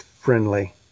friendly